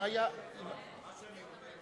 מה שאני אומר,